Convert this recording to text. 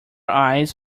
eyes